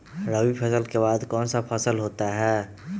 रवि फसल के बाद कौन सा फसल होता है?